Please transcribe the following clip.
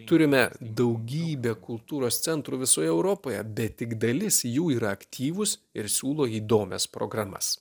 turime daugybę kultūros centrų visoje europoje bet tik dalis jų yra aktyvūs ir siūlo įdomias programas